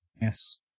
Yes